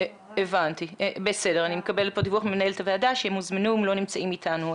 אני מקבלת דיווח ממנהלת הוועדה שהם הוזמנו אך לא נמצאים איתנו,